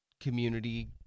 community